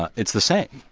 ah it's the same,